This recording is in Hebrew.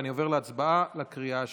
אני עובר להצבעה בקריאה השלישית.